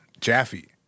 Jaffe